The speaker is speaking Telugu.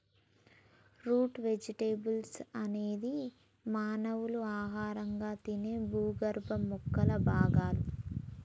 రూట్ వెజిటెబుల్స్ అనేది మానవులు ఆహారంగా తినే భూగర్భ మొక్కల భాగాలు